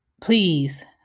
Please